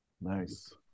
Nice